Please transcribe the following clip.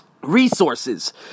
resources